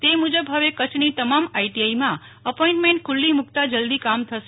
તે મુજબ હવે કચ્છની તમામ આઇટીઆઇમાં અપોઈન્ટમેન્ટ ખુલ્લી મુક્તા જલ્દી કામ થશે